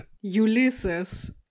Ulysses